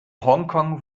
hongkong